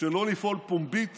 שלא לפעול פומבית